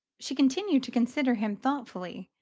she continued to consider him thoughtfully,